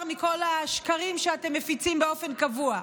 מכל השקרים שאתם מפיצים באופן קבוע,